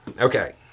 Okay